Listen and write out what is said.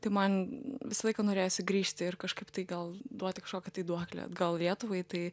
tai man visą laiką norėjosi grįžti ir kažkaip tai gal duoti kažkokią duoklę atgal lietuvai tai